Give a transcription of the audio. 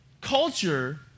culture